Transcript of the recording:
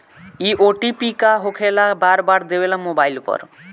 इ ओ.टी.पी का होकेला बार बार देवेला मोबाइल पर?